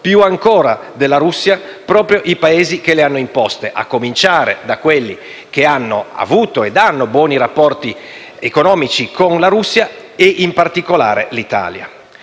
più ancora della Russia stessa, proprio i Paesi che le hanno imposte, a cominciare da quelli che hanno avuto ed hanno buoni rapporti economici con Russia, in particolare l'Italia.